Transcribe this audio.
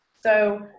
So-